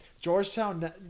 Georgetown